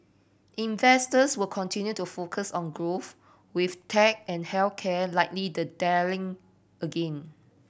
investors will continue to focus on growth with tech and health care likely the darling again